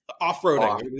Off-roading